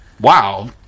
Wow